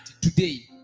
today